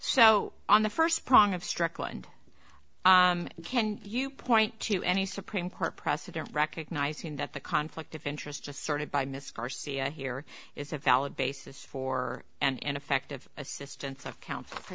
so on the first prong of strickland can you point to any supreme court precedent recognizing that the conflict of interest asserted by miss garcia here is a valid basis for and effective assistance